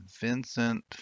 Vincent